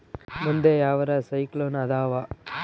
ಮುಂದೆ ಯಾವರ ಸೈಕ್ಲೋನ್ ಅದಾವ?